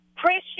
Christian